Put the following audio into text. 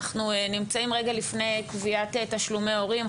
אנחנו נמצאים רגע לפני קביעת תשלומי ההורים.